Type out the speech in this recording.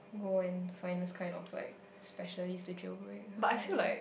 go and find those kind of like specialist to jail break her I think